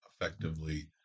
effectively